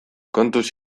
kontuz